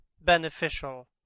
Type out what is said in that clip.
beneficial